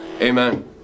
Amen